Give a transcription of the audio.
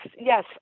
yes